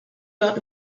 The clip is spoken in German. dort